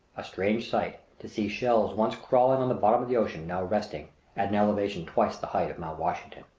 a strange sight, to see shells once crawling on the bottom of the ocean now resting at an elevation twice the height of mount washington!